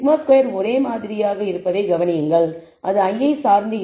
σ2 ஒரே மாதிரியாக இருப்பதைக் கவனியுங்கள் அது i ஐ சார்ந்து இல்லை